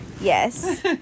Yes